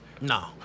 No